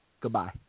goodbye